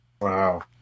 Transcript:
wow